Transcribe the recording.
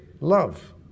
Love